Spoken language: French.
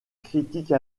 critique